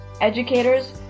educators